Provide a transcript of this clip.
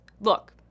Look